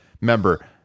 member